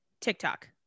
TikTok